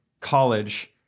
college